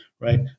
right